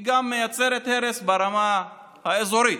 היא גם מייצרת הרס ברמה האזורית,